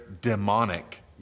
demonic